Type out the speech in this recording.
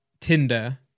Tinder